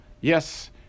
Yes